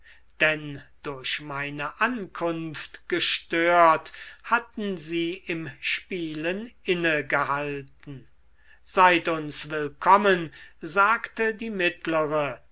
denn durch meine ankunft gestört hatten sie mit spielen inne gehalten seid uns willkommen sagte die mittlere